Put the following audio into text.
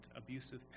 abusive